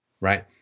right